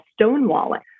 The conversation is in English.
stonewalling